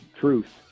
truth